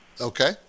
okay